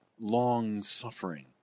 long-suffering